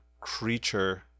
creature